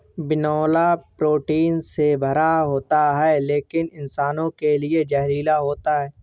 बिनौला प्रोटीन से भरा होता है लेकिन इंसानों के लिए जहरीला होता है